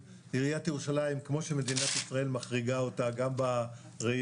ירושלים נמצאת בעצם בין פי חמש לפי 20,